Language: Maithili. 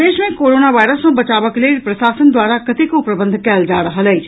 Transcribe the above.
प्रदेश मे कोरोना वायरस सॅ बचावक लेल प्रशासन द्वारा कतेको प्रबंध कयल जा रहल अछि